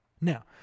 Now